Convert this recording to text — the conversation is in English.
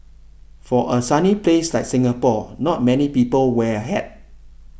for a sunny place like Singapore not many people wear a hat